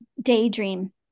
daydream